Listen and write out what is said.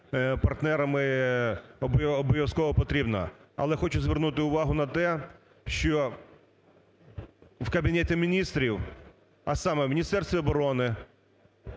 партнерами обов'язково потрібне. Але хочу звернути увагу на те, що в Кабінеті Міністрів, а саме в Міністерстві оборони,